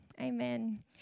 Amen